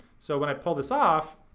so when i pull this off,